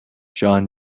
john